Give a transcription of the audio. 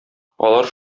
алар